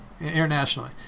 internationally